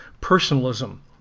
personalism